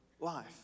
life